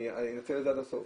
אני אנצל את זה עד הסוף,